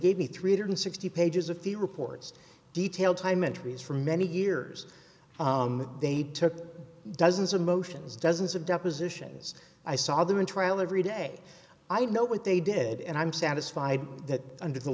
gave me three hundred sixty pages of the reports detailed time entries for many years they took dozens of motions dozens of depositions i saw them in trial every day i know what they did and i'm satisfied that under the